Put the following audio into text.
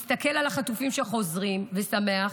מסתכל על החטופים שחוזרים ושמח,